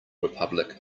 republic